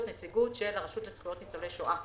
נציגות של הרשות לזכויות ניצולי שואה.